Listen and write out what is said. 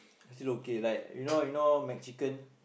I still okay like you know you know McChicken